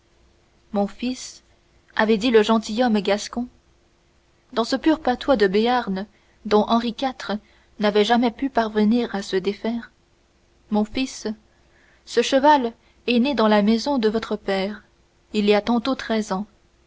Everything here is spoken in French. mon fils avait dit le gentilhomme gascon dans ce pur patois de béarn dont henri iv n'avait jamais pu parvenir à se défaire mon fils ce cheval est né dans la maison de votre père il y a tantôt treize ans